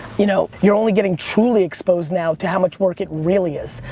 you know, you're only getting truly exposed now to how much work it really is.